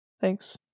thanks